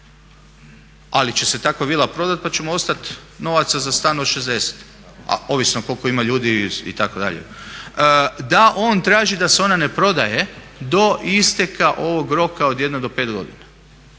ali će se takva vila prodat pa će mu ostat novaca za stan od 60, ovisno koliko ima ljudi itd., da on traži da se ona ne prodaje do isteka ovog roka od jedne do pet godina.